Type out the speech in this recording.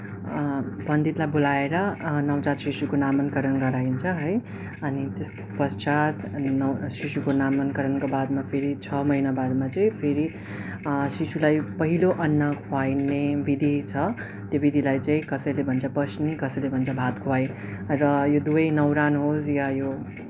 पण्डितलाई बोलाएर नवजात शिशुको नामाङ्करण गराइन्छ है अनि त्यसको पश्चात न शिशुको नामाङ्करणको बादमा फेरि छ महिना बादमा चाहिँ फेरि शिशुलाई पहिलो अन्न खुवाइने विधि छ त्यो विधिलाई चाहिँ कसैले भन्छ पसनी कसैले भन्छ भात खुवाइ र यो दुवै न्वारन होस् या यो होस् या यो